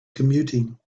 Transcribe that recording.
commuting